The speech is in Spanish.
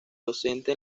docente